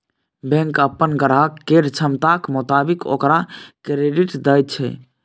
bank अप्पन ग्राहक केर क्षमताक मोताबिक ओकरा क्रेडिट दय छै